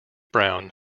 brown